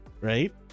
right